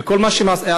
וכל מה שעשתה,